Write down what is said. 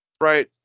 Right